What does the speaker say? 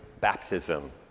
baptism